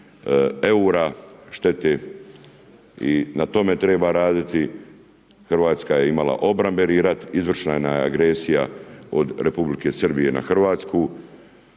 eura štete i na tome treba raditi, Hrvatska je imala obrambeni rat, izvršena je agresija od Republike Srbije na Hrvatsku,